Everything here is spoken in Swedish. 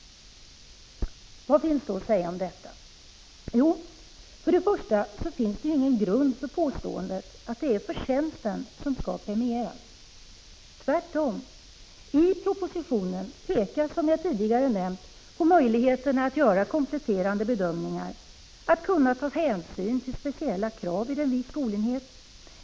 Vad finns då att säga om detta? Jo, för det första finns det ingen grund för påståendet att förtjänsten skall premieras — tvärtom. I propositionen pekas, som jag tidigare nämnt, på möjligheterna att göra kompletterande bedömningar, att kunna ta hänsyn till speciella ”krav” vid en viss skolenhet.